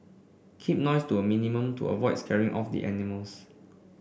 keep noise to a minimum to avoid scaring off the animals